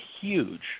huge